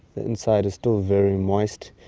the inside is still very moist,